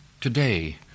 Today